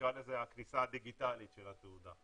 נקרא לזה הכניסה הדיגיטלית של התעודה.